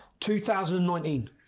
2019